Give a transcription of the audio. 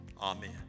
Amen